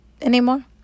anymore